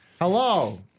Hello